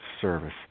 service